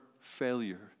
failure